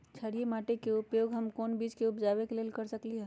क्षारिये माटी के उपयोग हम कोन बीज के उपजाबे के लेल कर सकली ह?